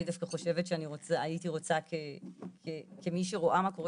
אני דווקא חושבת שכמי שרואה את מה שקורה